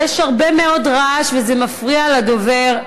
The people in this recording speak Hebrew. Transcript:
יש הרבה מאוד רעש וזה מפריע לדובר.